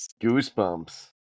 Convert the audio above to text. Goosebumps